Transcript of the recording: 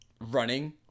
running